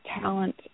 talent